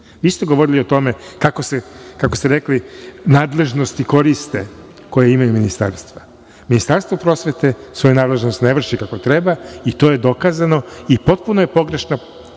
ste govorili o tome, kako ste rekli, nadležnosti koriste, koje imaju ministarstva. Ministarstvo prosvete svoju nadležnost ne vrši kako treba i to je dokazano. I potpuno je pogrešan